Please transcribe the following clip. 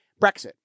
Brexit